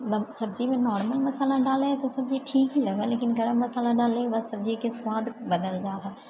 सब्जीमे नॉर्मल मसाला डालै हैय तऽ सब्जी ठीक ही लगै लेकिन गरम मसाला डालैके बाद सब्जीके स्वाद बदल जा हैय